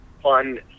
fun